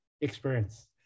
experience